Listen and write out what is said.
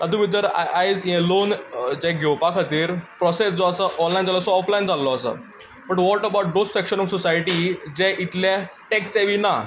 तातूंत भितर आयज हे लोन जे घेवपा खातीर प्रोसेस जो आसा ऑनलायन जाल्लो आसा ऑफलायन जाल्लो आसा but what about those section of the society जे इतले टॅक सेव्ही ना